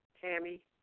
Tammy